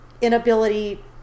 inability